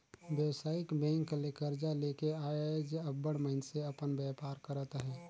बेवसायिक बेंक ले करजा लेके आएज अब्बड़ मइनसे अपन बयपार करत अहें